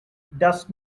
does